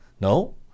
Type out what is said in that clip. No